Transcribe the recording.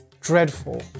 dreadful